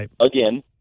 Again